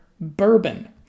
bourbon